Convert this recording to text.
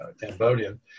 Cambodian